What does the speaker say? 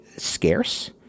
scarce